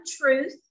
truth